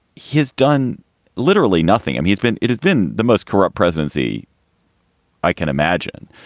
he's done literally nothing, and he's been it has been the most corrupt presidency i can imagine.